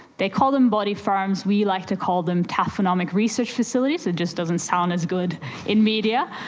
they call them body farms, we like to call them taphonomic research facilities, it just doesn't sound as good in media.